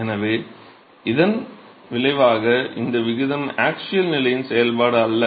எனவே இதன் விளைவாக இந்த விகிதம் ஆக்ஸியல் நிலையின் செயல்பாடு அல்ல